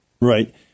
Right